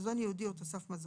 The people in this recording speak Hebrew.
מזון ייעודי או תוסף מזון,